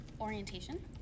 orientation